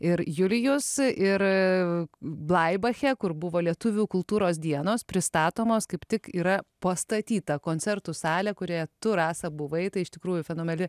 ir julijus ir blaibache kur buvo lietuvių kultūros dienos pristatomos kaip tik yra pastatyta koncertų salė kurioje tu rasa buvai tai iš tikrųjų fenomenali